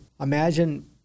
imagine